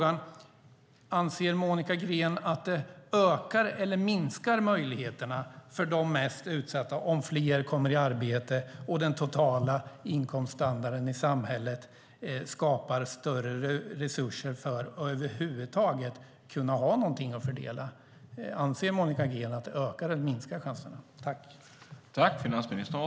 Anser Monica Green att det ökar eller minskar möjligheterna för de mest utsatta om fler kommer i arbete och den totala inkomststandarden i samhället skapar större resurser för att över huvud taget ha något att fördela? Ökar eller minskar chanserna?